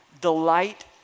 delight